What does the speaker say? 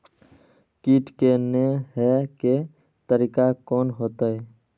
कीट के ने हे के तरीका कोन होते?